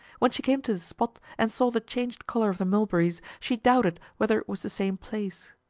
when she came to the spot and saw the changed color of the mulberries she doubted whether it was the same place.